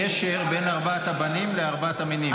הקשר בין ארבעת הבנים לארבעת המינים, לא?